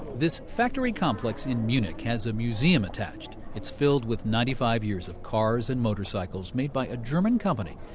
this factory complex in munich has a museum attached. it's filled with ninety five years of cars and motorcycles made by a german company.